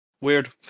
Weird